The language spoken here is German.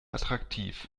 attraktiv